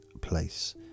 place